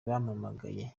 bampamagaye